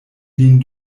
lin